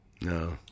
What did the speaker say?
no